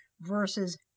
versus